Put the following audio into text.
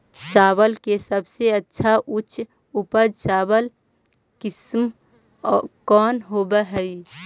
चावल के सबसे अच्छा उच्च उपज चावल किस्म कौन होव हई?